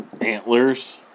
Antlers